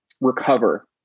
recover